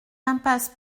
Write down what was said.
impasse